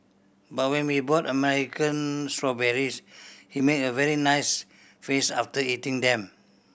but when we bought American strawberries he made a very nice face after eating them